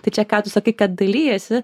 tai čia ką tu sakai kad dalijasi